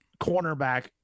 cornerback